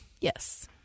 Yes